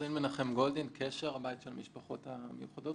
קשר, הבית של המשפחות המיוחדות.